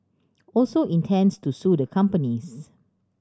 also intends to sue the companies